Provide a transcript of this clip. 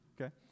okay